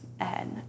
ahead